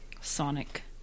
Sonic